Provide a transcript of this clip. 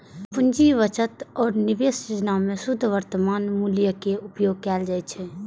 पूंजी बजट आ निवेश योजना मे शुद्ध वर्तमान मूल्यक उपयोग कैल जाइ छै